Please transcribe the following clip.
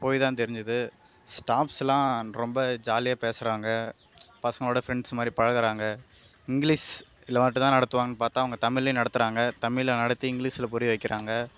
அங்கே போய் தான் தெரிஞ்சது ஸ்டாஃப்ஸ்ஸெல்லாம் ரொம்ப ஜாலியாக பேசுகிறாங்க பசங்களோடு ஃப்ரெண்ட்ஸ் மாதிரி பழகுறாங்க இங்கிலீஷில் மட்டும் தான் நடத்துவாங்கனு பார்த்தா அவங்க தமிழ்லேயும் நடத்துகிறாங்க தமிழில் நடத்தி இங்கிலீஷில் புரிய வைக்கிறாங்க